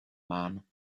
man